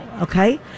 okay